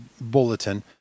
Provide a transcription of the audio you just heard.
bulletin